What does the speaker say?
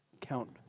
Count